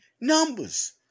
numbers